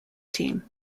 team